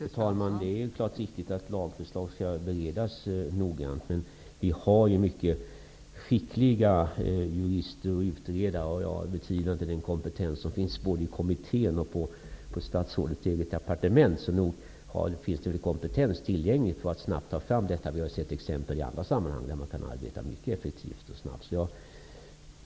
Fru talman! Det är riktigt att lagförslag noggrant skall beredas, men vi har ju mycket skickliga jurister och utredare. Jag betvivlar inte den kompetens som finns både i kommittén och på statsrådets eget departement, så nog finns det väl kompetens tillgänglig för att man snabbt skall kunna ta fram detta förslag. Vi har i andra sammanhang sett exempel på att man har kunnat arbeta mycket effektivt och snabbt.